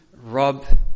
Rob